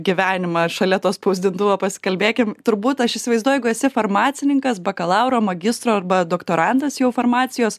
gyvenimą šalia to spausdintuvo pasikalbėkim turbūt aš įsivaizduoju jeigu esi farmacininkas bakalauro magistro arba doktorantas jau farmacijos